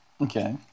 Okay